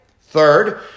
Third